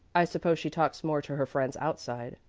i suppose she talks more to her friends outside,